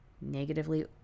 negatively